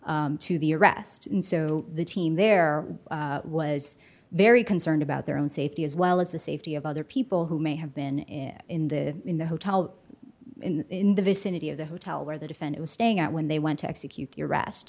prior to the arrest and so the team there was very concerned about their own safety as well as the safety of other people who may have been in the in the hotel in the vicinity of the hotel where the defend it was staying at when they went to execute